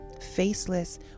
Faceless